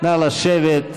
נא לשבת.